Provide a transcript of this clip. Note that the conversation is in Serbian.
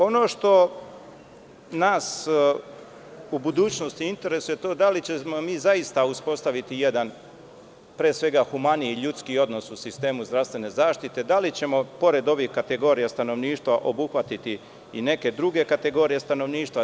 Ono što nas u budućnosti interesuje to je da li ćemo mi zaista uspostaviti jedan, pre svega humaniji, ljudski odnos u sistemu zdravstvene zaštite, da li ćemo pored ovih kategorija stanovništva obuhvatiti i neke druge kategorije stanovništva?